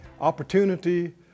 opportunity